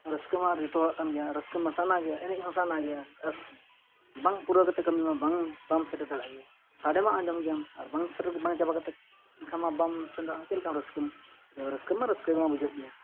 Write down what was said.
ᱨᱟᱹᱥᱠᱟᱹᱢᱟ ᱡᱷᱚᱛᱚ ᱦᱚᱲᱟᱜ ᱠᱟᱱ ᱜᱮᱭᱟ ᱨᱟᱹᱥᱠᱟᱹ ᱢᱟ ᱥᱟᱱᱟ ᱜᱮᱭᱟ ᱮᱱᱮᱡ ᱦᱚᱸ ᱥᱟᱱᱟ ᱜᱮᱭᱟ ᱵᱟᱝ ᱯᱩᱨᱟᱹᱣ ᱠᱟᱛᱮᱫ ᱠᱟᱹᱢᱤ ᱢᱟ ᱵᱟᱝ ᱵᱟᱢ ᱥᱮᱴᱮᱨ ᱫᱟᱲᱮᱭᱟᱜ ᱜᱮᱭᱟ ᱥᱟᱰᱮᱢᱟ ᱟᱸᱡᱚᱢ ᱜᱮᱭᱟᱢ ᱟᱨ ᱵᱟᱝ ᱥᱮᱴᱮᱨ ᱵᱟᱝ ᱪᱟᱵᱟ ᱠᱟᱛᱮᱫ ᱮᱱᱠᱷᱟᱱᱢᱟ ᱵᱟᱢ ᱥᱮᱱᱚᱜᱼᱟ ᱪᱮᱫ ᱞᱮᱠᱟᱢ ᱨᱟᱹᱥᱠᱟᱹᱢ ᱨᱟᱹᱥᱠᱟᱹ ᱢᱟ ᱨᱟᱹᱥᱠᱟᱹ ᱢᱟ ᱵᱩᱡᱷᱟᱹᱜ ᱜᱮᱭᱟ